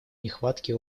нехватки